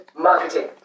marketing